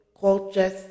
cultures